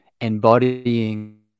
embodying